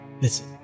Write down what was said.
Listen